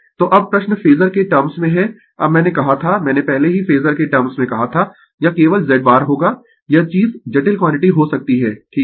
तो अब प्रश्न फेजर के टर्म्स में है अब मैंने कहा था मैंने पहले ही फेजर के टर्म्स में कहा था यह केवल Z बार होगा यह चीज जटिल क्वांटिटी हो सकती है ठीक है